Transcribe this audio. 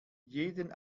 jeden